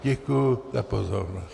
Děkuji za pozornost.